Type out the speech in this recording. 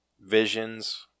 visions